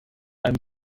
einem